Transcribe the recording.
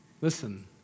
Listen